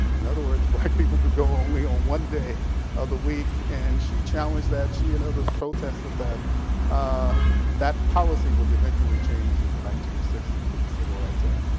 in other words, black people could go only on one day of the week. and she challenged that. she and others protest that. that ah that policy was eventually changed in the nineteen sixty s with the civil rights act.